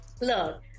Look